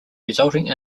resulting